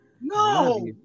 No